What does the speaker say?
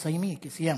סיימי, כי סיימת.